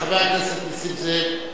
חבר הכנסת נסים זאב,